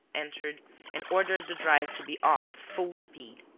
entered and ordered the driver to be off at full speed.